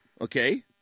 okay